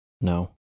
No